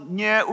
nie